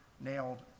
nailed